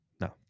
no